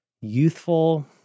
youthful